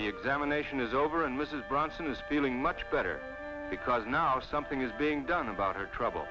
the examination is over and mrs bronson is feeling much better because now something is being done about her trouble